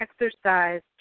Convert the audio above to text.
exercise